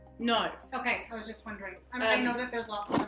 no. okay, i was just wondering. i mean i know that there's lots of them